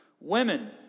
Women